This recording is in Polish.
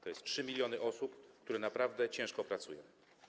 To są 3 mln osób, które naprawdę ciężko pracują.